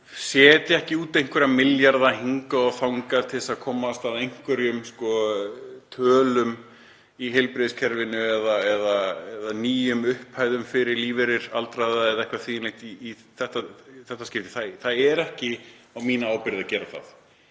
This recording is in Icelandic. setja ekki út einhverja milljarða hingað og þangað til þess að komast að einhverjum tölum í heilbrigðiskerfinu eða nýjum upphæðum fyrir lífeyri aldraðra eða eitthvað því um líkt í þetta skiptið. Það er ekki á mína ábyrgð að gera það.